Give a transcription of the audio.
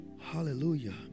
Hallelujah